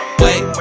wait